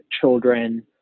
children